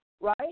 right